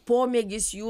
pomėgis jų